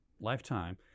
lifetime